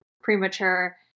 premature